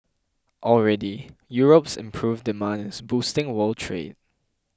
already Europe's improved demand is boosting world trade